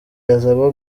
hazabaho